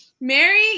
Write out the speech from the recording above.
Mary